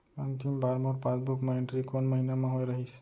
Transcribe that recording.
अंतिम बार मोर पासबुक मा एंट्री कोन महीना म होय रहिस?